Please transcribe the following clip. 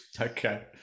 Okay